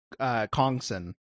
kongson